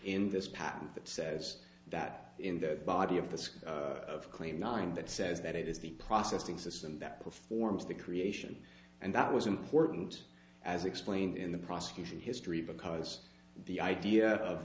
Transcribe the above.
in this patent that says that in the body of the school of claim nine that says that it is the processing system that performs the creation and that was important as explained in the prosecution history because the idea of